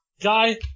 guy